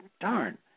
Darn